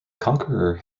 conqueror